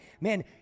man